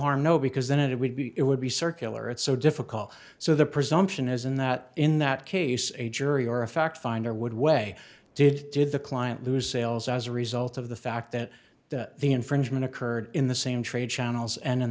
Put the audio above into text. harm no because then it would be it would be circular it's so difficult so the presumption is in that in that case a jury or a fact finder would weigh did did the client lose sales as a result of the fact that the infringement occurred in the same trade channels and